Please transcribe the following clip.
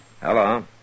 Hello